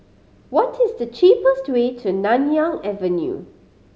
what is the cheapest way to Nanyang Avenue